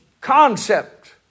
concept